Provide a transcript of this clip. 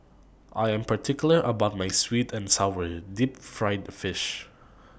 I Am particular about My Sweet and Sour Deep Fried Fish